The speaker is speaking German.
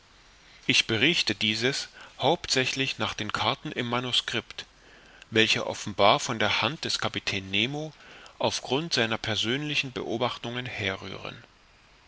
ich berichte dieses hauptsächlich nach den karten im manuscript welche offenbar von der hand des kapitän nemo auf grund seiner persönlichen beobachtungen herrühren